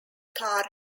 tar